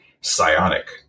psionic